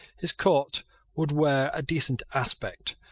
his court would wear a decent aspect,